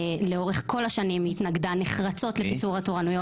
לאורך כל השנים היא התנגדה נחרצות לקיצור התורנויות.